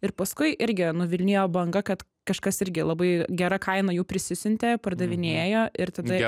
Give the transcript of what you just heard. ir paskui irgi nuvilnijo banga kad kažkas irgi labai gera kaina jų prisisiuntė pardavinėjo ir tada